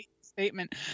statement